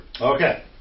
Okay